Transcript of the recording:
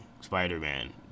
Spider-Man